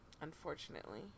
unfortunately